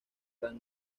gran